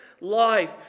life